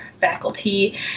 faculty